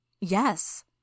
Yes